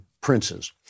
princes